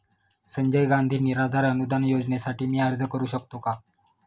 संजय गांधी निराधार अनुदान योजनेसाठी मी अर्ज करू शकतो का?